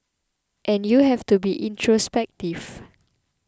and you have to be introspective